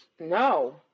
no